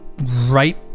right